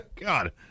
God